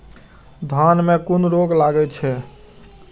धान में कुन रोग लागे छै?